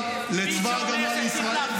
לתדרך, לא תקין.